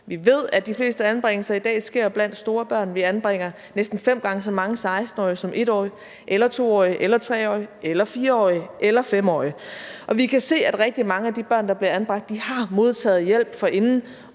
Vi ved, at de fleste anbringelser i dag sker blandt store børn; vi anbringer næsten fem gange så mange 16-årige som 1-årige eller 2-årige eller 3-årige eller 4-årige eller 5-årige. Og vi kan se, at rigtig mange af de børn, der bliver anbragt, har modtaget hjælp forinden